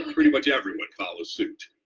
pretty much everyone follows suit.